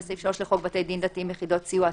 וסעיף 3 לחוק בתי דין דתיים (יחידות סיוע),